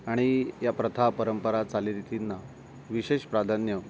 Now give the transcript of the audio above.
आणि या प्रथा परंपरा चालीरीतींना विशेष प्राधान्य